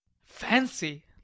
fancy